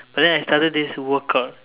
but then I started this workout